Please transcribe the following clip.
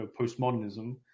postmodernism